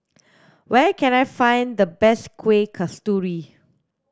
where can I find the best kueh kasturi